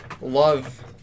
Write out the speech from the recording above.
love